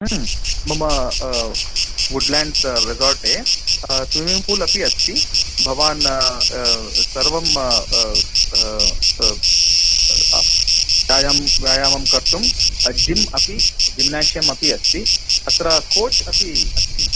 मम woodland resort swimming pool अपि अस्ति भवान् सर्वं व्यायां व्यायामं कर्तुं जिम् अपि जिम्नस्यम् अपि अस्ति तत्र कोच् अपि अस्ति